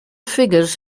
figures